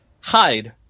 hide